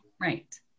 Right